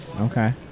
Okay